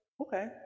okay